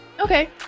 Okay